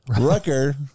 Rucker